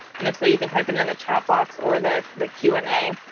and if so you can type it it in the chat box or the the q and a.